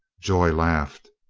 joy laughed.